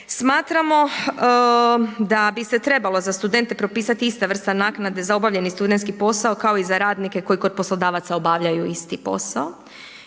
Smatramo da bi se trebalo za studente propisati ista vrsta naknade za obavljeni studentski posao kao i za radnike koji kod poslodavaca obavljaju isti posao